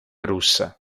russa